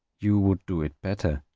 you would do it better.